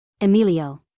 Emilio